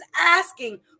asking